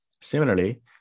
Similarly